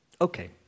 Okay